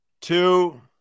Two